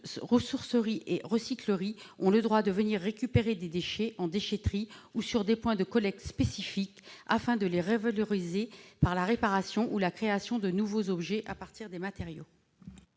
ressourceries et recycleries ont le droit de venir récupérer des déchets en déchetterie ou sur des points de collecte spécifiques, afin de les revaloriser, par la réparation ou la création de nouveaux objets à partir des matériaux.